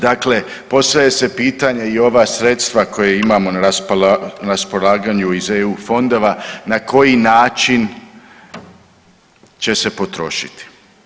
Dakle, postavlja se pitanje i ova sredstva koja imamo na raspolaganju iz eu fondova na koji način će se potrošiti?